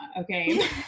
Okay